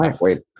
Wait